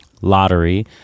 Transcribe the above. lottery